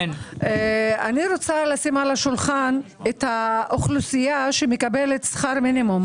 אני רוצה לשים על השולחן את האוכלוסייה שמקבלת שכר מינימום,